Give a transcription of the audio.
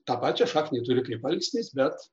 tą pačią šaknį turi kaip alksnis bet